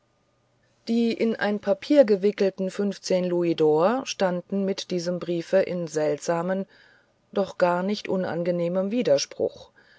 die in ein papier gewickelten fünfzehn louisdor standen mit diesem briefe in seltsamen doch gar nicht unangenehmem widerspruch